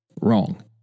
Wrong